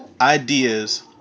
ideas